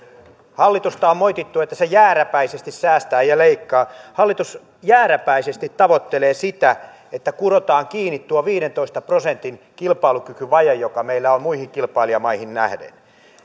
hallitusta on moitittu että se jääräpäisesti säästää ja leikkaa hallitus jääräpäisesti tavoittelee sitä että kurotaan kiinni tuo viidentoista prosentin kilpailukykyvaje joka meillä on muihin kilpailijamaihin nähden